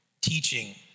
teaching